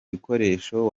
bikoresho